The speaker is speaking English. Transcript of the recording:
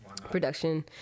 production